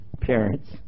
parents